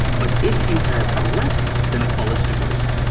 but if you have less than a college degree,